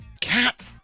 cat